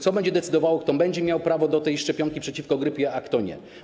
Co będzie decydowało o tym, kto będzie miał prawo do tej szczepionki przeciwko grypie, a kto nie?